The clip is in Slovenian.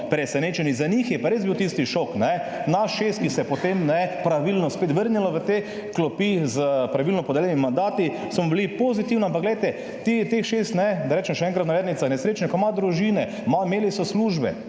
presenečeni. Za njih je pa res bil tisti šok. Nas 6, ki se je potem pravilno spet vrnilo v te klopi, s pravilno podeljenimi mandati, smo bili pozitivno, ampak glejte, ti, teh 6, da rečem še enkrat (navednica) »nesrečne komad družine«, imeli so službe.